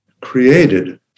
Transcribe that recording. created